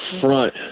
front